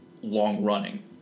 long-running